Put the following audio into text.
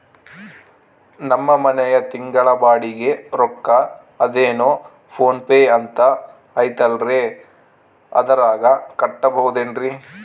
ನಮ್ಮ ಮನೆಯ ತಿಂಗಳ ಬಾಡಿಗೆ ರೊಕ್ಕ ಅದೇನೋ ಪೋನ್ ಪೇ ಅಂತಾ ಐತಲ್ರೇ ಅದರಾಗ ಕಟ್ಟಬಹುದೇನ್ರಿ?